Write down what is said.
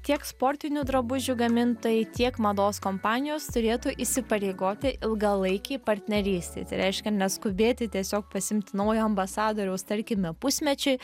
tiek sportinių drabužių gamintojai tiek mados kompanijos turėtų įsipareigoti ilgalaikei partnerystei tai reiškia neskubėti tiesiog pasiimti naujo ambasadoriaus tarkime pusmečiui